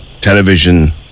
television